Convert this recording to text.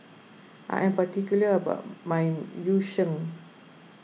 I am particular about my Yu Sheng